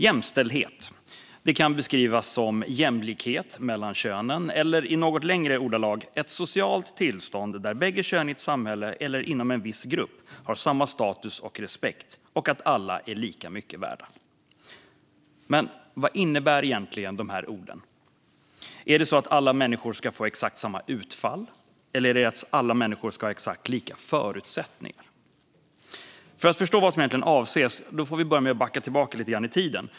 Jämställdhet kan beskrivas som jämlikhet mellan könen, eller, i något längre ordalag, ett socialt tillstånd där bägge kön i ett samhälle eller inom en viss grupp har samma status och respekt och att alla är lika mycket värda. Men vad innebär egentligen dessa ord? Är det så att alla människor ska få exakt samma utfall, eller är det att alla människor ska ha exakt lika förutsättningar? För att förstå vad som egentligen avses får jag börja med att backa tillbaka lite grann i tiden.